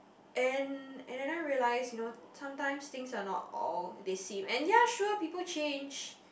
and and I then realise you know sometimes things are not all they seem and ya sure people change